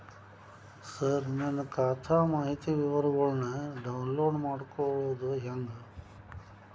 ಸರ ನನ್ನ ಖಾತಾ ಮಾಹಿತಿ ವಿವರಗೊಳ್ನ, ಡೌನ್ಲೋಡ್ ಮಾಡ್ಕೊಳೋದು ಹೆಂಗ?